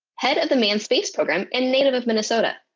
head of the manned space program and native of minnesota.